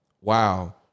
wow